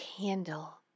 candle